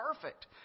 perfect